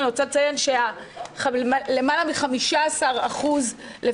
אני רוצה לציין שלמעלה מ-15% מהעסקים,